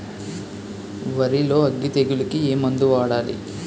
వరిలో అగ్గి తెగులకి ఏ మందు వాడాలి?